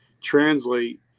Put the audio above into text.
translate